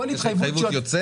אם התחייבות יוצאת,